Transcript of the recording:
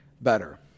better